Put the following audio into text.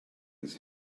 his